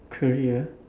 career